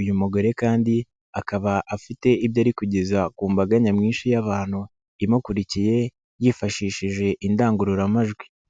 uyu mugore kandi akaba afite ibyo ari kugeza ku mbaga nyamwinshi y'abantu imukurikiye yifashishije indangururamajwi.